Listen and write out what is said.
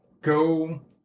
go